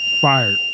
fired